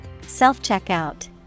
Self-checkout